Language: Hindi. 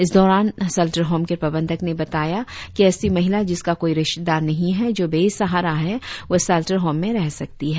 इस दौरान सेल्टर होम के प्रबंधक ने बताया कि ऐसी महिला जिसका कोई रिश्तेदार नहीं है जो बेसहारा है वह सेल्टर होम में रह सकती है